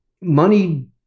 Money